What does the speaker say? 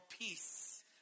peace